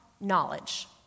knowledge